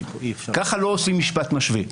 ככה לא עושים משפט משווה.